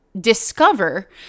discover